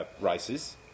races